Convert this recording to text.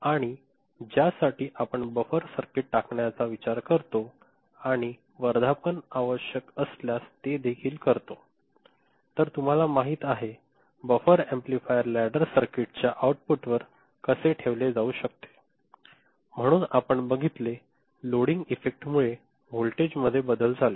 आणि ज्यासाठी आपण बफर सर्किट टाकण्याचा विचार करतो आणि वर्धापन आवश्यक असल्यास ते देखील करतो तर तुम्हाला माहित आहे बफर ऍम्प्लिफायर लॅडर सर्किट च्या आऊटपुटवर कसे ठेवले जाऊ शकते म्हणून आपण बघितले लोडिंग इफेक्टमुळे व्होल्टेजमध्ये बदल झाले